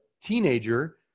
teenager